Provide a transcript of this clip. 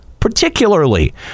Particularly